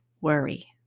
worry